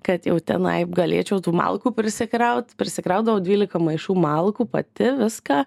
kad jau tenai galėčiau tų malkų prisikraut prisikraudavau dvylika maišų malkų pati viską